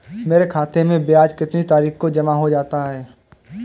मेरे खाते में ब्याज कितनी तारीख को जमा हो जाता है?